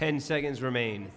ten seconds remain